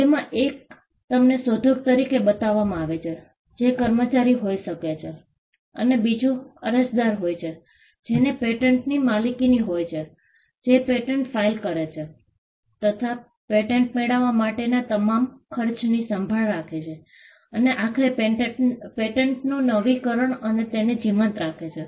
જેમાં એક તમને શોધક તરીકે બતાવવામાં આવે છે જે કર્મચારી હોઈ શકે છે અને બીજો અરજદાર હોય છે જેને પેટન્ટની માલિકીની હોય જે પેટન્ટ ફાઇલ કરે છે તથા પેટન્ટ મેળવવા માટેના તમામ ખર્ચની સંભાળ રાખે છે અને આખરે પેટન્ટનું નવીકરણ તથા તેને જીવંત રાખે છે